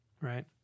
right